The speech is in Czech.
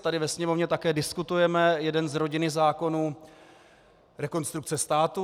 Tady ve Sněmovně také diskutujeme jeden z rodiny zákonů Rekonstrukce státu.